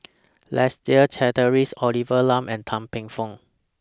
Leslie Charteris Olivia Lum and Tan Paey Fern